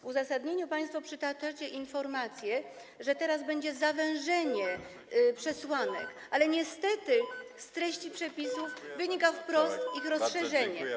W uzasadnieniu państwo przytaczacie informację, że teraz będzie zawężenie przesłanek, ale niestety z treści przepisów wynika wprost ich rozszerzenie.